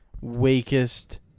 weakest